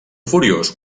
furiós